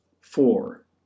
Four